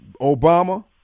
Obama